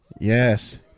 Yes